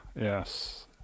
yes